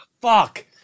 Fuck